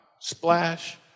splash